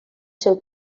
seu